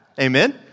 Amen